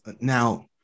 now